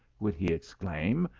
would he exclaim,